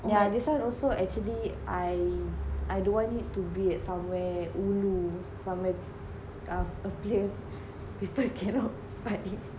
yeah this one also actually I I don't want it to be at somewhere ulu somewhere err a place people cannot find